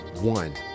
one